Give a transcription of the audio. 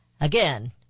Again